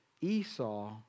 Esau